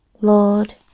Lord